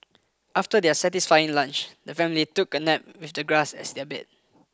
after their satisfying lunch the family took a nap with the grass as their bed